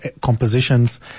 compositions